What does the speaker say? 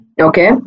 okay